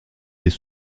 des